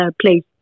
place